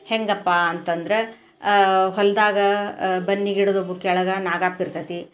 ಹೆಂಗಪ್ಪ ಅಂತಂದ್ರೆ ಹೊಲ್ದಾಗೆ ಬನ್ನಿ ಗಿಡದು ಕೆಳಗೆ ನಾಗಪ್ಪ ಇರ್ತತೆ